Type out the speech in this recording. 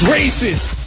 racist